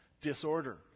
Disorder